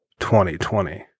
2020